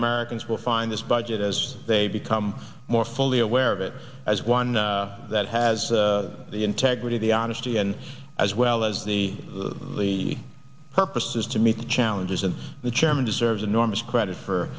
americans will find this budget as they become more fully aware of it as one that has the integrity the honesty and as well as the the the purpose is to meet the challenges and the chairman deserves enormous credit for